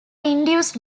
induced